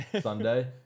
Sunday